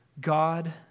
God